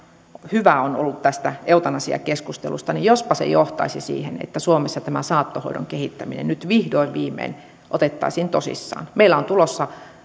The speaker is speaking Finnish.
hyvää on ollut tästä eutanasiakeskustelusta niin jospa se johtaisi siihen että suomessa tämä saattohoidon kehittäminen nyt vihdoin viimein otettaisiin tosissaan meillä on tulossa